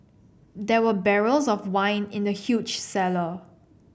there were barrels of wine in the huge cellar